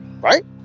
right